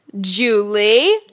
Julie